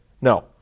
No